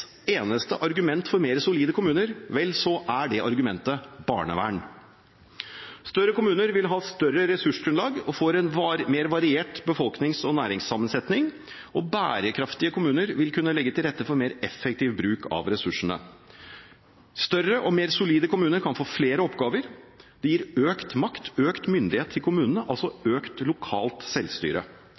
eneste argument for mer solide kommuner, så er det argumentet barnevern. Større kommuner vil ha større ressursgrunnlag og får en mer variert befolknings- og næringssammensetning, og bærekraftige kommuner vil kunne legge til rette for mer effektiv bruk av ressursene. Større og mer solide kommuner kan få flere oppgaver. Det gir økt makt, økt myndighet til kommunene, altså økt lokalt selvstyre.